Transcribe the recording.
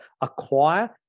acquire